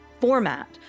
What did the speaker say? format